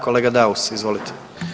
Kolega Daus, izvolite.